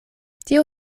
tio